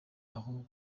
aho